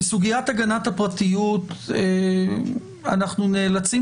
בסוגיית הגנת הפרטיות אנחנו נאלצים